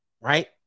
Right